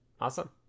Awesome